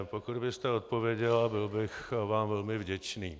Pokud byste odpověděla, byl bych vám velmi vděčný.